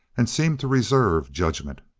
and seemed to reserve judgment.